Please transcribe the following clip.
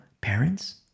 parents